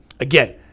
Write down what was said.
again